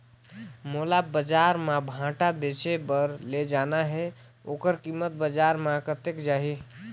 मोला बजार मां भांटा बेचे बार ले जाना हे ओकर कीमत बजार मां कतेक जाही?